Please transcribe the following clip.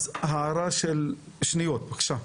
הערה, בבקשה.